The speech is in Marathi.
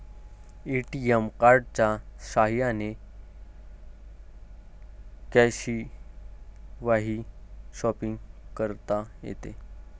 ए.टी.एम कार्डच्या साह्याने कॅशशिवायही शॉपिंग करता येते